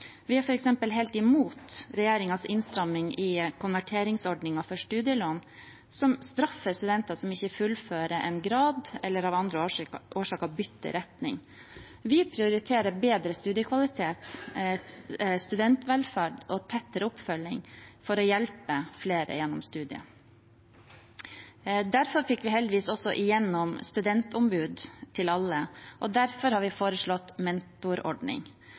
Vi er f.eks. helt imot regjeringens innstramming i konverteringsordningen for studielån, som straffer studenter som ikke fullfører en grad eller av andre årsaker bytter retning. Vi prioriterer bedre studiekvalitet, studentvelferd og tettere oppfølging for å hjelpe flere gjennom studiet. Derfor fikk vi heldigvis også gjennom studentombud til alle, og derfor har vi foreslått mentorordning.